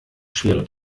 schwere